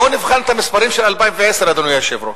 בואו נבחן את המספרים של 2010, אדוני היושב-ראש.